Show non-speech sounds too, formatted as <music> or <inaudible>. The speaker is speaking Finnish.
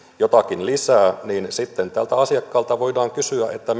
jotakin lisää että sitten tältä asiakkaalta voidaan kysyä että <unintelligible>